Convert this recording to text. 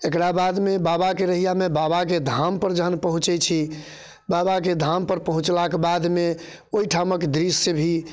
एकरा बादमे बाबाके रहैयामे बाबाके धामपर जखन पहुँचैत छी बाबाके धामपर पहुँचलाके बादमे ओहिठामक दृश्य भी